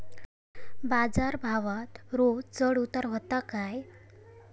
बाजार भावात रोज चढउतार व्हता काय?